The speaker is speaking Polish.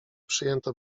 przyjęto